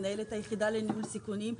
מנהלת היחידה לניהול סיכונים,